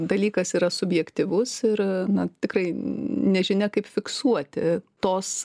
dalykas yra subjektyvus ir na tikrai nežinia kaip fiksuoti tos